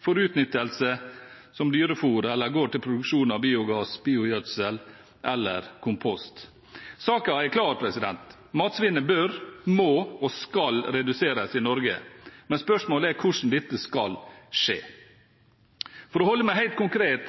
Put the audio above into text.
for utnyttelse som dyrefôr eller går til produksjon av biogass, biogjødsel eller kompost. Saken er klar: Matsvinnet bør, må og skal reduseres i Norge. Men spørsmålet er hvordan dette skal skje. For å holde meg helt konkret